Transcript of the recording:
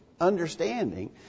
understanding